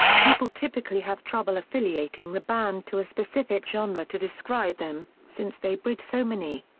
people typically have trouble affiliating the band to a specific genre to describe them, since they bridge so many.